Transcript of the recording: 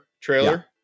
trailer